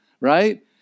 right